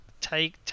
take